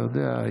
אתה יודע,